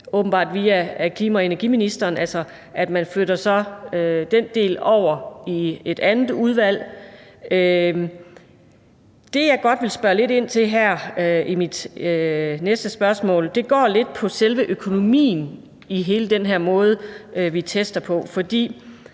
åbenbart via klima- og energiministeren, altså ved, at man så flytter den del over i et andet udvalg. Det, jeg godt vil spørge lidt ind til her i mit næste spørgsmål, går lidt på selve økonomien i forhold til hele den her måde, vi tester på. For